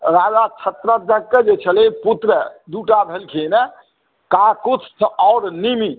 राजा क्षेत्रध्वज के पुत्र दूटा भेलखिन काकुस्थ आओर निमि